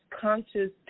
Conscious